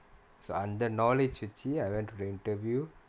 so அந்த:antha knowledge வச்சி:vachi went for the interview